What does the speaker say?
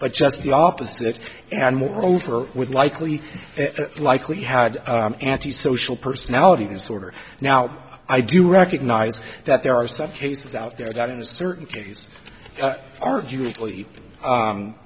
but just the opposite and moreover would likely likely had anti social personality disorder now i do recognize that there are some cases out there that in certain cases aren't usually